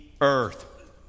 earth